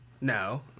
No